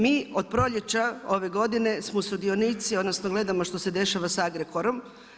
Mi od proljeća ove godine smo sudionici odnosno gledamo što se dešava sa Agrokorom.